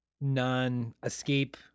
non-escape